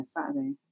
Saturday